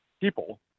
people